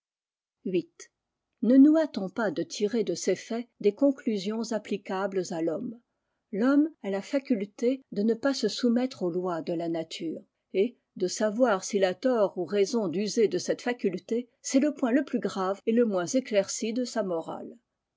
viii ne nous hâtons pas de tirer de ces faits des conclusions applicables à l'homme l'homme a la faculté de ne pas se soumeltre aux lois de la nature et de savoir s il a tort ou raison d'user de cette faculté c'est le point le plus grave et le moins éclairci de sa morale